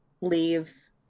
leave